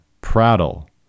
prattle